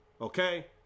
Okay